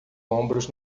ombros